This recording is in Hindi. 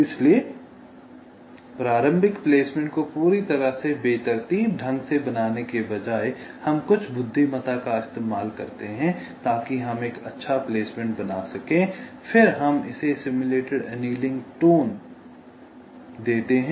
इसलिए प्रारंभिक प्लेसमेंट को पूरी तरह से बेतरतीब ढंग से बनाने के बजाय हम कुछ बुद्धिमत्ता का इस्तेमाल करते हैं ताकि हम एक अच्छा प्लेसमेंट बना सकें फिर हम इसे सिम्युलेटेड एनीलिंग टोन देते हैं